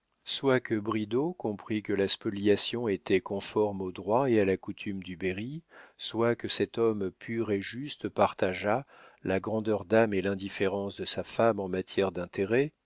soit que bridau comprît que la spoliation était conforme au droit et à la coutume du berry soit que cet homme pur et juste partageât la grandeur d'âme et l'indifférence de sa femme en matière d'intérêt